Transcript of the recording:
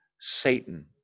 Satan